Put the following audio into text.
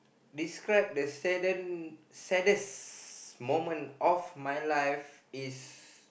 describe the sadden saddest moment of my life is